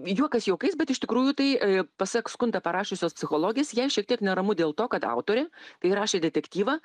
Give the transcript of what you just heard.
juokas juokais bet iš tikrųjų tai pasak skundą parašiusios psichologės jei šiek tiek neramu dėl to kad autorė kai rašė detektyvą